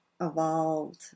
evolved